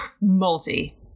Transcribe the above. multi